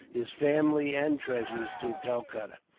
his family and treasures, to calcutta.